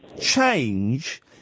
change